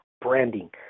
branding